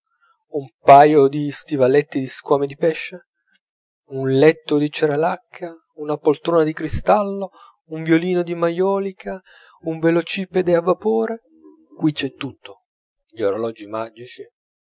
un paio di stivaletti di squame di pesce un letto di ceralacca una poltrona di cristallo un violino di maiolica un velocipede a vapore qui c'è tutto gli orologi magici